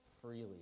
freely